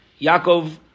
Yaakov